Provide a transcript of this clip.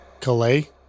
Calais